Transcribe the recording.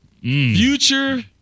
Future